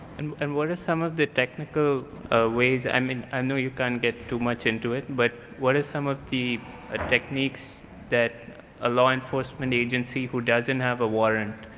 and and what are some of the technical ways, i mean, i know you can't get too much into it, but what are some of the ah techniques that a law enforcement agency who doesn't have a warrant